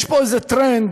יש פה איזה טרנד,